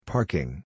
Parking